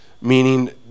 Meaning